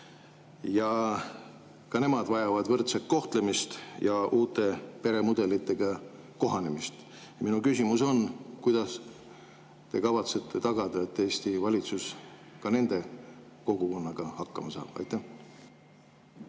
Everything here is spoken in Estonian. Ka nemad vajavad võrdset kohtlemist ja uute peremudelitega kohanemist. Minu küsimus on: kuidas te kavatsete tagada, et Eesti valitsus ka nende kogukonnaga hakkama saab? Aitäh,